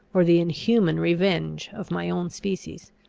or the inhuman revenge of my own species.